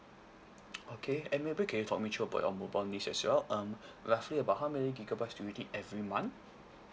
okay and maybe can you talk me through about your mobile needs as well um roughly about how many gigabytes do you need every month